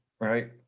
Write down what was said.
right